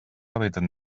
hàbitat